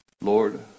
Lord